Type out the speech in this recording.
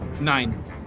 Nine